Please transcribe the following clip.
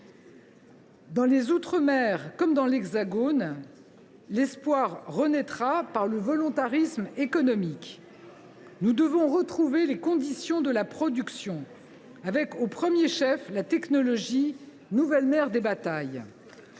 Dans les outre mer comme dans l’Hexagone, l’espoir renaîtra par le volontarisme économique. Nous devons retrouver les conditions de la production, avec au premier chef la technologie, nouvelle mère des batailles.